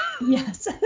yes